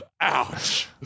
ouch